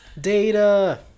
Data